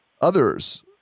others